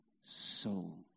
soul